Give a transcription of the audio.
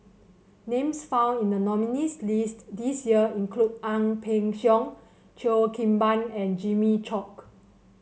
names found in the nominees' list this year include Ang Peng Siong Cheo Kim Ban and Jimmy Chok